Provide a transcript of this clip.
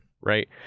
Right